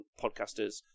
podcasters